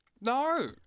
No